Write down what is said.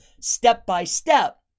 step-by-step